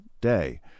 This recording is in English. day